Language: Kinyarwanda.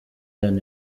lion